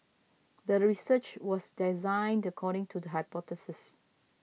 the research was designed according to the hypothesis